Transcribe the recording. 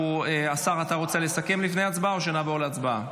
השר אתה רוצה לסכם לפני ההצבעה או שנעבור להצבעה?